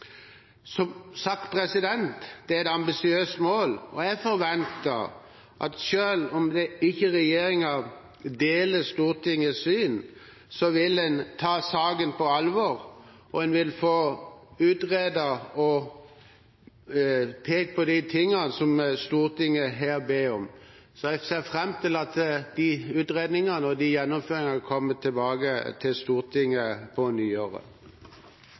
Som sagt er det et ambisiøst mål. Jeg forventer at selv om ikke regjeringen deler Stortingets syn, vil en ta saken på alvor, og en vil få utredet og pekt på de tingene som Stortinget her ber om. Så jeg ser fram til at de utredningene og de gjennomføringene vil komme tilbake til Stortinget på nyåret.